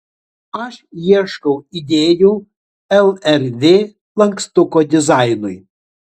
aš ieškojau idėjų lrv lankstuko dizainui